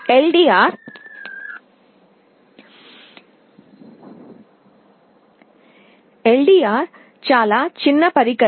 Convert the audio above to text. LDR చాలా చిన్న పరికరం